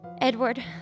Edward